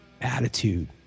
attitude